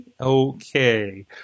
okay